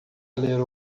ler